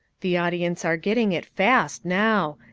the audience are getting it fast now.